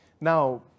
Now